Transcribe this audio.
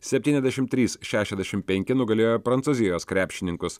septyniasdešim trys šešiasdešim penki nugalėjo prancūzijos krepšininkus